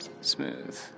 Smooth